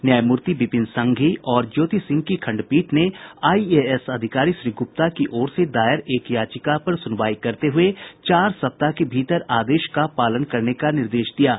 न्यायमूर्ति विपिन सांघी और ज्योति सिंह की खंडपीठ ने आईएस अधिकारी श्री गुप्ता की ओर से दायर एक याचिका पर सुनवाई करते हुए चार सप्ताह के भीतर आदेश का पालन करने का निर्देश दिया है